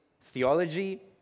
theology